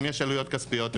אם יש עלויות כספיות,